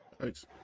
Thanks